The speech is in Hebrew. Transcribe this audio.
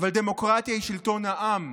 אבל דמוקרטיה היא שלטון העם.